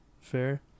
fair